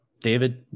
David